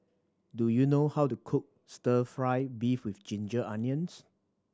do you know how to cook Stir Fry beef with ginger onions